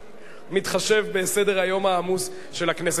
מתחשב בסדר-היום העמוס של הכנסת.